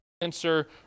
answer